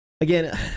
again